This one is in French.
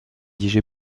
rédigé